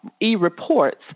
e-reports